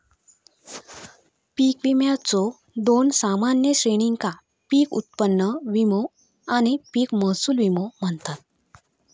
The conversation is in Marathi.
पीक विम्याच्यो दोन सामान्य श्रेणींका पीक उत्पन्न विमो आणि पीक महसूल विमो म्हणतत